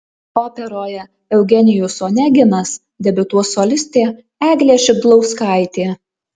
operoje eugenijus oneginas debiutuos solistė eglė šidlauskaitė